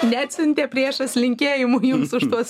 neatsiuntė priešas linkėjimų jums už tuos